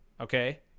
okay